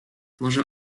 może